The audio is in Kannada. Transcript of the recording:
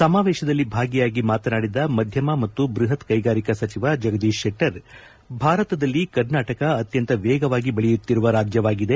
ಸಮಾವೇಶದಲ್ಲಿ ಭಾಗಿಯಾಗಿ ಮಾತನಾಡಿದ ಮಧ್ಯಮ ಮತ್ತು ಬೃಹತ್ ಕೈಗಾರಿಕಾ ಸಚಿವ ಜಗದೀಶ್ ಶೆಟ್ಟರ್ ಭಾರತದಲ್ಲಿ ಕರ್ನಾಟಕ ಆತ್ಯಂತ ವೇಗವಾಗಿ ಬೆಳೆಯುತ್ತಿರುವ ರಾಜ್ಯವಾಗಿದೆ